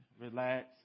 relax